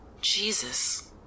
Jesus